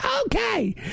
Okay